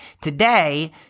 Today